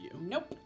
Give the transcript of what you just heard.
Nope